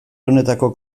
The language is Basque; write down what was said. honetako